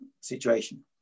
situation